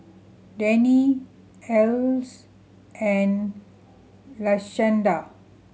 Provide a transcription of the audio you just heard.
Danae Alys and Lashanda